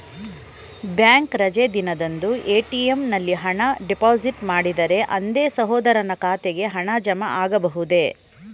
Bank ರಜೆ ದಿನದಂದು ATM ನಲ್ಲಿ ಹಣ ಡಿಪಾಸಿಟ್ ಮಾಡಿದರೆ ಅಂದೇ ಸಹೋದರನ ಖಾತೆಗೆ ಹಣ ಜಮಾ ಆಗಬಹುದೇ?